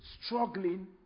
struggling